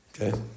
Okay